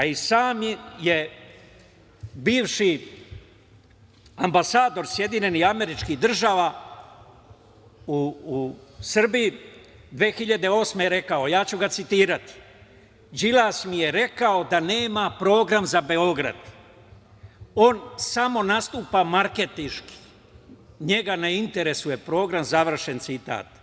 I sam je bivši ambasador SAD u Srbiji 2008. godine rekao, ja ću ga citirati: „Đilas mi je rekao da nema program za Beograd, on samo nastupa marketinški, njega ne interesuje program“, završen citat.